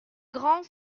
grands